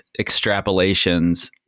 extrapolations